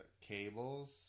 cables